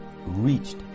reached